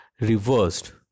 reversed